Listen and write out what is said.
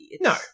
No